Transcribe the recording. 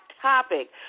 topic